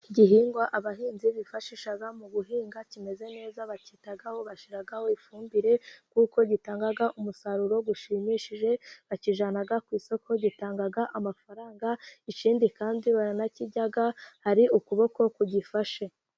Igihingwa abahinzi bifashisha mu guhinga, kimeze neza bacyitaho, bashyiraho ifumbire kuko gitanga umusaruro ushimishije, bakijyana ku isoko, gitangaga amafaranga, ikindi kandi baranakirya hari ukuboko kugifashe.